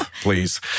please